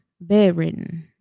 bedridden